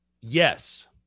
Yes